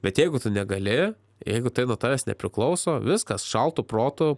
bet jeigu tu negali jeigu tai nuo tavęs nepriklauso viskas šaltu protu